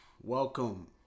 welcome